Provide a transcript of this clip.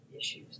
issues